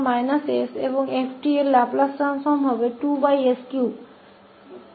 तो हमारे पास e s है और फिर इस 𝑡 का लाप्लास रूपांतर है जो 2s3 है